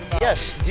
Yes